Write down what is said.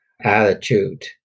attitude